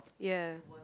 ya